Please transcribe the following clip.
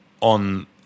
on